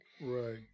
Right